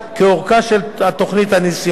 כאורכה של התוכנית הניסיונית.